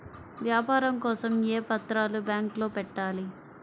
వ్యాపారం కోసం ఏ పత్రాలు బ్యాంక్లో పెట్టాలి?